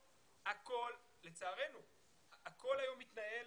שלצערנו בסוף היום הכול מתנהל